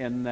En